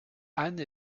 anne